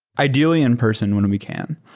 ideally in-person when we can.